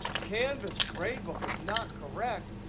canvas gradebook is not correct?